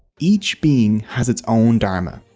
each being has its own dharma.